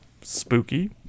Spooky